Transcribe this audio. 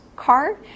Car